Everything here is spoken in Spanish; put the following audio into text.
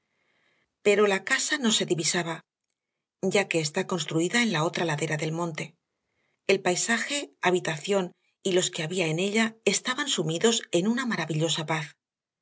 pero la casa no se divisaba ya que está construida en la otra ladera del monte el paisaje habitación y los que había en ella estaban sumidos en un maravillosa paz